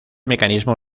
mecanismo